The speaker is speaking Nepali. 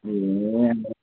ए